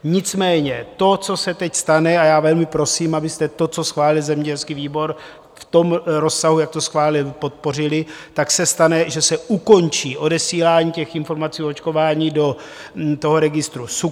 Nicméně to, co se teď stane a já velmi prosím, abyste to, co schválil zemědělský výbor, v tom rozsahu, jak to schválil, podpořili tak se stane, že se ukončí odesílání těch informací o očkování do toho registru SÚKL.